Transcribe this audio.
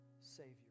Savior